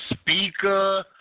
Speaker